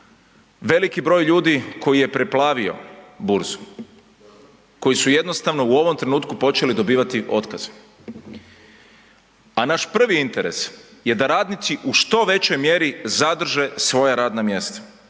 veliki broj ljudi koji je preplavio burzu, koji su jednostavno u ovom trenutku počeli dobivati otkaze. A naš prvi interes je da radnici u što većoj mjeri zadrže svoja radna mjesta